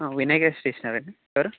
Vinayaka stationery అండి ఎవరు